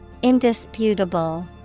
Indisputable